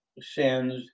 sends